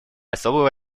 особую